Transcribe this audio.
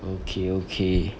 okay okay